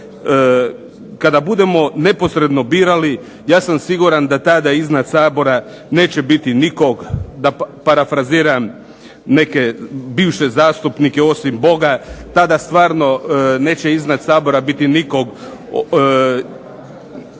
Kada budemo neposredno birali ja sam siguran da tada iznad Sabora neće biti nikog, da parafraziram neke bivše zastupnike osim Boga, tada stvarno neće iznad Sabora birati nikog.